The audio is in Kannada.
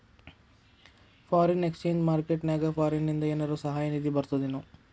ಫಾರಿನ್ ಎಕ್ಸ್ಚೆಂಜ್ ಮಾರ್ಕೆಟ್ ನ್ಯಾಗ ಫಾರಿನಿಂದ ಏನರ ಸಹಾಯ ನಿಧಿ ಬರ್ತದೇನು?